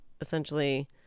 essentially